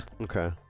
okay